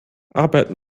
arbeiten